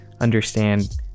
understand